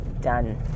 done